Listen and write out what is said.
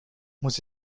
muss